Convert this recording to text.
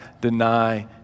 deny